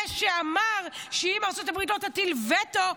זה שאמר שאם ארצות הברית לא תטיל וטו,